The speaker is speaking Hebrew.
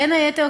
בין היתר,